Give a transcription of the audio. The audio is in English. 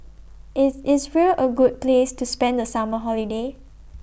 IS Israel A Great Place to spend The Summer Holiday